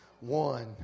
one